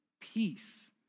peace